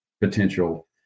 potential